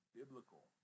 biblical